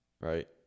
right